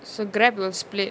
so grab will split